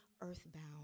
earthbound